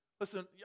Listen